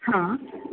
ಹಾಂ